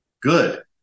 Good